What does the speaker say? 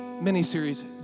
mini-series